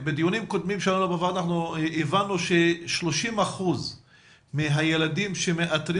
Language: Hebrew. בדיונים קודמים בוועדה הבנו ש-30% מהילדים שמאתרים